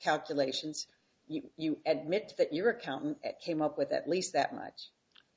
calculations you admit that your accountant came up with at least that much